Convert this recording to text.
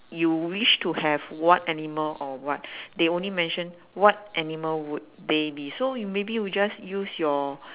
you wish to have what animal or what they only mention what animal would they be so you maybe we just use your